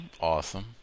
Awesome